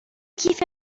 کیف